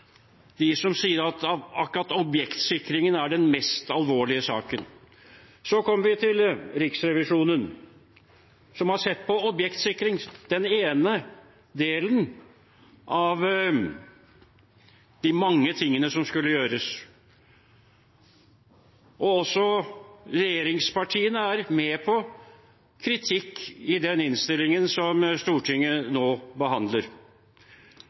de mange tingene som skulle gjøres. Også regjeringspartiene er med på kritikk i den innstillingen som Stortinget nå behandler.